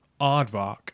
Aardvark